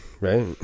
right